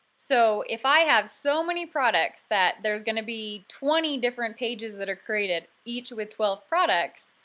so if i have so many products that there's going to be twenty different pages that are created each with twelve products,